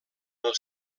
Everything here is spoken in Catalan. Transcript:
els